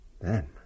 Then